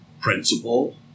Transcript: principle